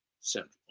central